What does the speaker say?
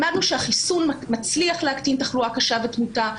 למדנו שהחיסון מצליח להקטין תחלואה קשה ותמותה,